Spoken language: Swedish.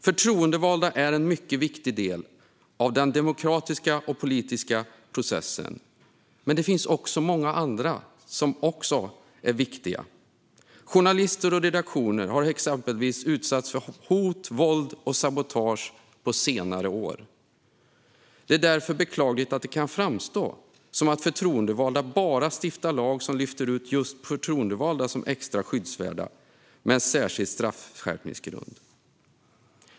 Förtroendevalda är en mycket viktig del av den demokratiska och politiska processen, men det finns många andra som också är viktiga. Journalister och redaktioner har exempelvis utsatts för hot, våld och sabotage på senare år. Det är därför beklagligt att det kan framstå som att förtroendevalda bara stiftar lagar som lyfter ut just förtroendevalda som extra skyddsvärda med en särskild straffskärpningsgrund.